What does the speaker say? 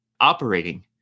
operating